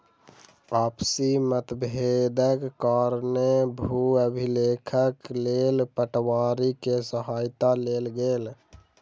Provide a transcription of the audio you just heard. आपसी मतभेदक कारणेँ भू अभिलेखक लेल पटवारी के सहायता लेल गेल